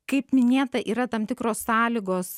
kaip minėta yra tam tikros sąlygos